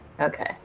Okay